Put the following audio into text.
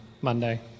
monday